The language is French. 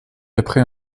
après